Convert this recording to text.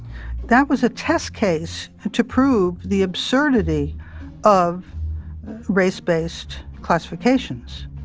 that was a test case to prove the absurdity of race-based classifications.